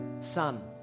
son